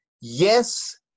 yes